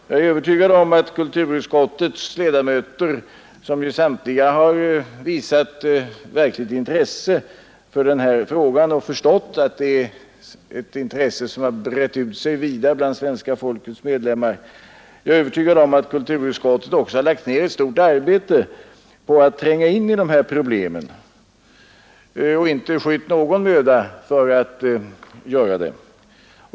Jag är övertygad om att kulturutskottets ledamöter, som samtliga har visat verkligt intresse för den här frågan och förstått att det är ett intresse som har brett ut sig vida bland svenska folket, också har lagt ned ett mycket stort arbete på att tränga in i problemen och inte skytt någon möda för att göra det.